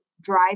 drive